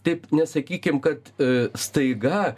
taip nesakykim kad staiga